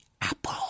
apple